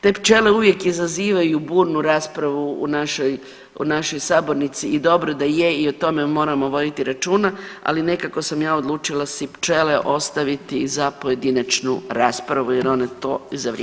Te pčele uvijek izazivaju burnu raspravu u našoj sabornici i dobro da je i o tome moramo voditi računa, ali nekako sam ja odlučila pčele ostaviti za pojedinačnu raspravu, jer one to zavređuju.